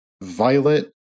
Violet